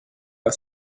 are